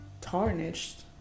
tarnished